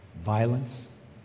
violence